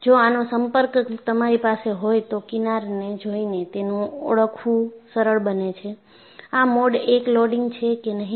જો આનો સંપર્ક તમારી પાસે હોય તો કિનારને જોઈને તેને ઓળખવું સરળ બને છેઆ મોડ I લોડિંગ છે કે નહી